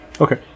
Okay